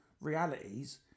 realities